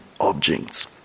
objects